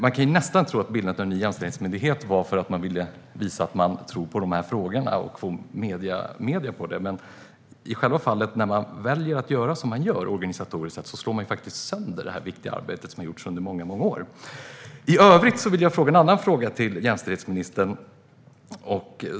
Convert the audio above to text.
Man kan nästan tro att bildandet av en ny jämställdhetsmyndighet beror på att ni vill visa att ni tror på dessa frågor och vill få mediernas blick på det. Men i själva verket slår ni faktiskt sönder det viktiga arbete som har gjorts under många år när ni organisatoriskt sett gör så här. För övrigt vill jag ställa en annan fråga till jämställdhetsministern.